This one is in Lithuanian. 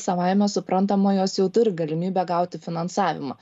savaime suprantama jos jau turi galimybę gauti finansavimą